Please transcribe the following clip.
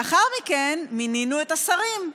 לאחר מכן מינינו את השרים,